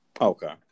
Okay